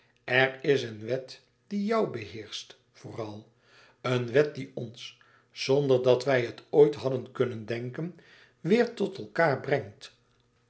er is een wet die jou beheerscht vooral een wet die ons zonder dat wij het ooit hadden kunnen denken weêr tot elkaâr brengt